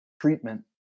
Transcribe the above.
treatment